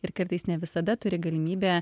ir kartais ne visada turi galimybę